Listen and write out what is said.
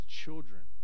children